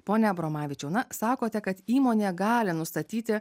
pone abromavičiau na sakote kad įmonė gali nustatyti